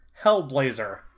Hellblazer